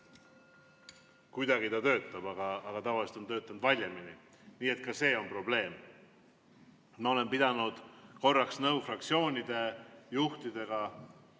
kuidagi töötab, aga tavaliselt on töötanud valjemini. Nii et ka see on probleem. Ma pidasin korraks nõu fraktsioonide juhtidega,